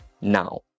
now